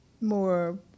more